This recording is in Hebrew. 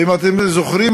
ואם אתם זוכרים,